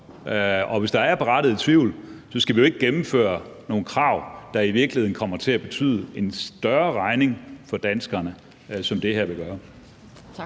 Hvis der er berettiget tvivl, skal vi jo ikke gennemføre nogle krav, der i virkeligheden kommer til at betyde en større regning for danskerne, hvilket det her vil gøre. Kl.